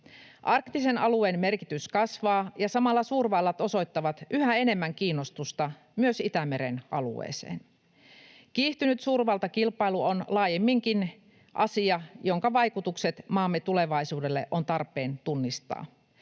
Arktisen alueen merkitys kasvaa, ja samalla suurvallat osoittavat yhä enemmän kiinnostusta myös Itämeren alueeseen. Kiihtynyt suurvaltakilpailu on laajemminkin asia, jonka vaikutukset maamme turvallisuudelle on tarpeen tunnistaa.